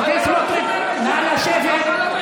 חבר הכנסת סמוטריץ', נא לשבת.